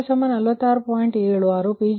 ಆದ್ದರಿಂದ λ46